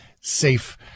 safe